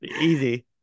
easy